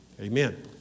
Amen